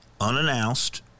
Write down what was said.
unannounced